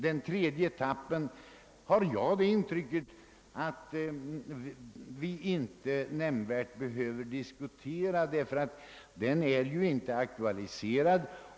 Den tredje etappen tror jag att vi inte nämnvärt behöver diskutera, eftersom den inte är aktualiserad.